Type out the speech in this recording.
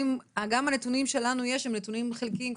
וגם הנתונים שלנו יש הם נתונים חלקיים,